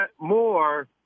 more